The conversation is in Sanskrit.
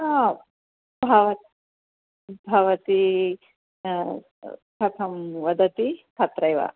हा हा भवती कथं वदति तत्रैव